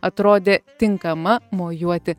atrodė tinkama mojuoti